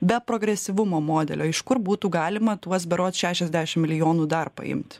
be progresyvumo modelio iš kur būtų galima tuos berods šešiasdešim milijonų dar paimt